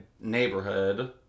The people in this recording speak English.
neighborhood